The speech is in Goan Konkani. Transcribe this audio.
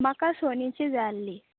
म्हाका सोनीची जाय आल्ही